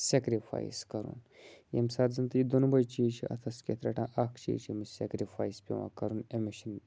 sacrifice کَرُن ییٚمہِ ساتہٕ زَن تہٕ یہِ دۄنوَے چیٖز چھِ اَتھَس کٮ۪تھ رَٹان اَکھ چیٖز چھِ أمِس سٮ۪کرِفایس پٮ۪وان کَرُن أمِس چھِنہٕ